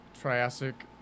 Triassic